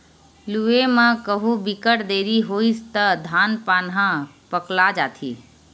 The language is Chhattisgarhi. लूए म कहु बिकट देरी होइस त धान पान ह पकला जाथे